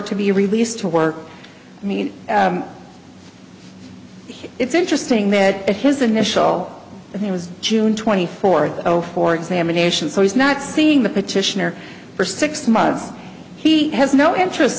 be released to work i mean it's interesting that at his initial he was june twenty fourth oh for examinations so he's not seeing the petitioner for six months he has no interest